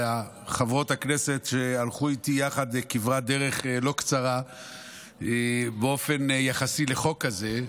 לחברות הכנסת שהלכו איתי יחד כברת דרך לא קצרה באופן יחסי לחוק כזה,